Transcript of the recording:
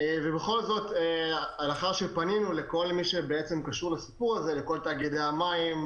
בכל זאת לאחר שפנינו לכל מי שקשור לסיפור הזה לכל תאגידי המים,